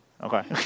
Okay